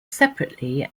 separately